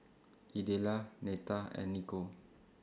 Idella Neta and Niko